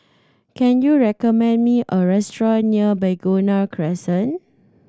can you recommend me a restaurant near Begonia Crescent